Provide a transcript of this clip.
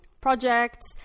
projects